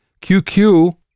QQ